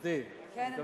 גברתי, כן, אני אתך.